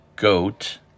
Goat